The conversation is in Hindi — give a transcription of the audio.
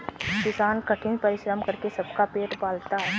किसान कठिन परिश्रम करके सबका पेट पालता है